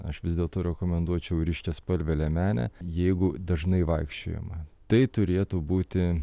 aš vis dėlto rekomenduočiau ryškiaspalvę liemenę jeigu dažnai vaikščiojama tai turėtų būti